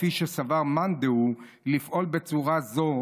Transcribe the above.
כפי שסבר מאן דהוא לפעול בצורה זו,